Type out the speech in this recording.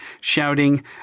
shouting